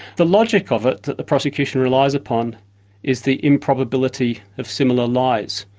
the logic of it that the prosecution relies upon is the improbability of similar lies,